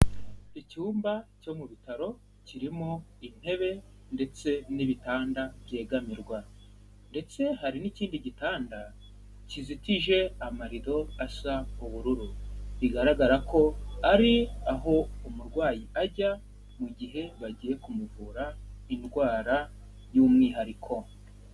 Icyumba cyo mu bitaro kirimo intebe ndetse n'ibitanda byegamirwa. Ndetse hari n'ikindi gitanda kizitije amarido asa ubururu. Bigaragara ko ari aho umurwayi ajya mu gihe bagiye kumuvura indwara y'umwihariko.